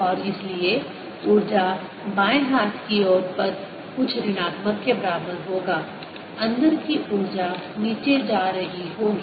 और इसलिए ऊर्जा बाएं हाथ की ओर पद कुछ ऋणात्मक के बराबर होगा अंदर की ऊर्जा नीचे जा रही होगी